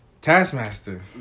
Taskmaster